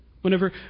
Whenever